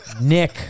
Nick